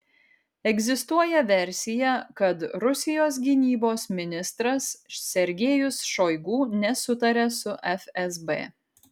egzistuoja versija kad rusijos gynybos ministras sergejus šoigu nesutaria su fsb